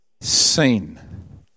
seen